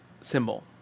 symbol